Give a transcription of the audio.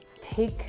take